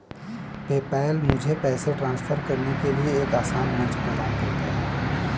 PayPal मुझे पैसे transfer करने के लिए एक आसान मंच प्रदान करता है